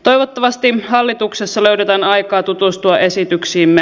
toivottavasti hallituksessa löydetään aikaa tutustua esityksiimme